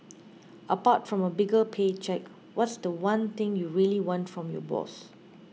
apart from a bigger pay cheque what's the one thing you really want from your boss